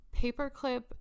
Paperclip